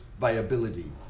viability